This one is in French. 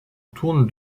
tourne